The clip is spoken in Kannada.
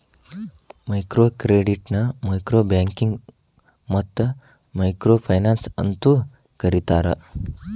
ಮೈಕ್ರೋ ಕ್ರೆಡಿಟ್ನ ಮೈಕ್ರೋ ಬ್ಯಾಂಕಿಂಗ್ ಮತ್ತ ಮೈಕ್ರೋ ಫೈನಾನ್ಸ್ ಅಂತೂ ಕರಿತಾರ